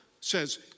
says